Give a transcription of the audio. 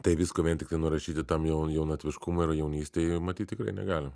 tai visko vien tiktai nurašyti tam jau jaunatviškumui ir jaunystei matyt tikrai negalim